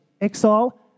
exile